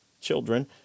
children